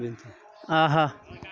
آہا